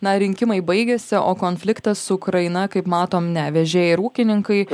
na rinkimai baigėsi o konfliktas su ukraina kaip matom ne vežėjai ir ūkininkai